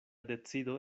decido